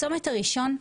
הצומת הראשון,